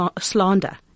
slander